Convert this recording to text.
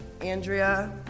Andrea